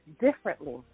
differently